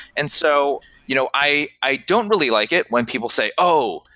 and so you know i i don't really like it when people say, oh,